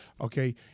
okay